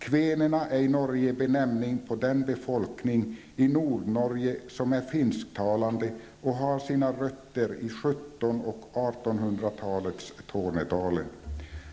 Kvänerna är i Norge benämningen på den befolkning i Nordnorge som är finsktalande och har sina rötter i 1700 och 1800-talens